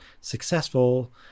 successful